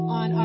on